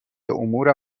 امور